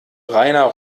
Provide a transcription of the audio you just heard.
rainer